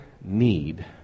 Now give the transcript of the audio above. need